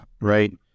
right